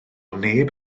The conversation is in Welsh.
neb